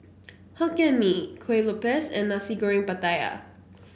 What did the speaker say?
Hokkien Mee Kuih Lopes and Nasi Goreng Pattaya